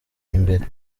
imbere